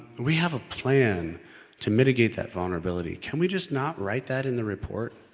we have a plan to mitigate that vulnerability. can we just not write that in the report.